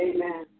Amen